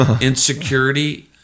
insecurity